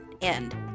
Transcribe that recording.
end